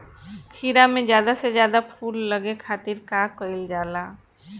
खीरा मे ज्यादा से ज्यादा फूल लगे खातीर का कईल जाला?